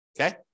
Okay